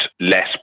less